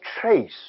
trace